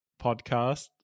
podcast